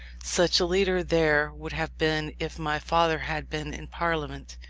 such a leader there would have been, if my father had been in parliament.